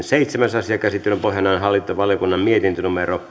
seitsemäs asia käsittelyn pohjana on hallintovaliokunnan mietintö